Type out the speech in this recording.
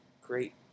great